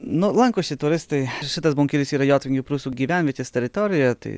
nu lankosi turistai šitas bunkeris yra jotvingių prūsų gyvenvietės teritorijoje tai